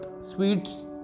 sweets